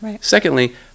Secondly